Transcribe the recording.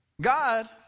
God